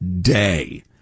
day